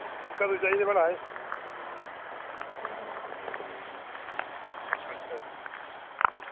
कदूं चाहिदे भला एह् अच्छा